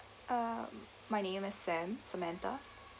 uh my name is sam samantha